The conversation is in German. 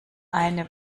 eine